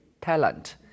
talent